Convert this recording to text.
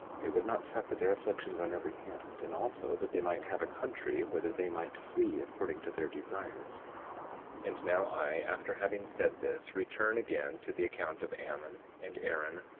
they would not suffer their afflictions on every hand, and also that they might have a country whither they might flee, according to their desires and now i, after having said this, return again to the account of ammon and aaron,